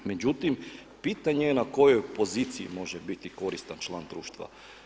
Međutim, pitanje je na kojoj poziciji može biti koristan član društva.